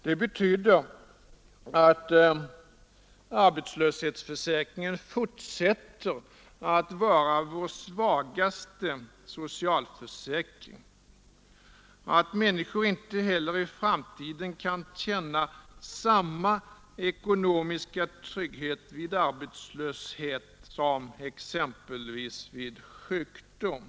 Det betyder att arbetslöshetsförsäkringen fortsätter att vara vår svagaste socialförsäkring, att människor inte heller i framtiden kan känna samma ekonomiska trygghet vid arbetslöshet som exempelvis vid sjukdom.